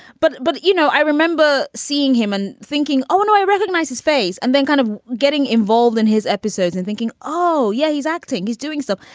but but, you know, i remember seeing him and thinking, oh, no, i recognize his face. and then kind of getting involved in his episodes and thinking, oh, yeah, he's acting. he's doing so.